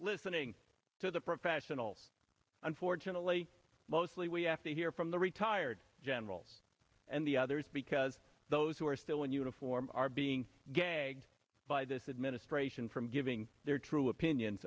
listening to the professionals unfortunately mostly we have to hear from the retired generals and the others because those who are still in uniform are being gagged by this administration from giving their true opinions